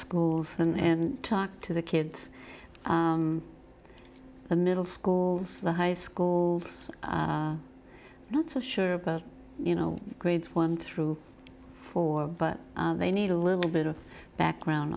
schools and talk to the kids the middle schools the high school not so sure about you know grades one through four but they need a little bit of background